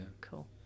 Cool